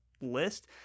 list